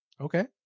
Okay